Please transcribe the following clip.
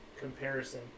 comparison